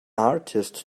artist